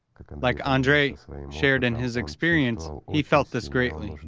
like andrei shared in his experience, he felt this greatly,